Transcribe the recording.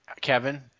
Kevin